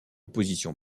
position